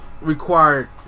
required